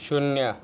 शून्य